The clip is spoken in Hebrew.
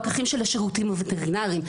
פקחים של השירותים הווטרינריים,